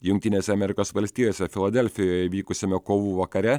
jungtinėse amerikos valstijose filadelfijoje įvykusiame kovų vakare